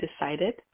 decided